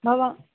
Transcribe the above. भव